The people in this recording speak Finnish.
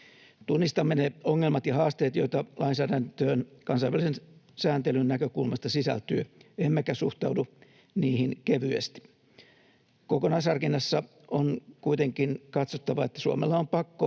Tunnistamme ne ongelmat ja haasteet, joita lainsäädäntöön kansainvälisen sääntelyn näkökulmasta sisältyy, emmekä suhtaudu niihin kevyesti. Kokonaisharkinnassa on kuitenkin katsottava, että Suomella on pakko